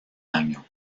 año